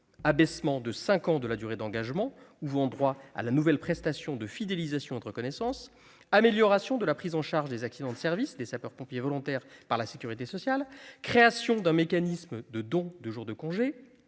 L'abaissement de cinq ans de la durée d'engagement ouvrant droit à la nouvelle prestation de fidélisation et de reconnaissance, l'amélioration de la prise en charge des accidents de services des sapeurs-pompiers volontaires par la sécurité sociale, la création d'un mécanisme de don de jours de congé,